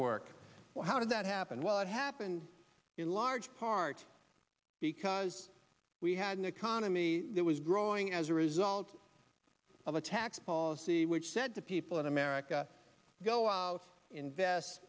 work how did that happen well it happened in large part because we had an economy that was growing as a result of a tax policy which said to people in america go out invest